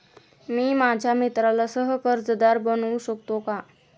मी माझ्या मित्राला सह कर्जदार बनवू शकतो का?